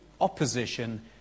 opposition